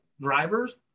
drivers